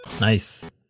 Nice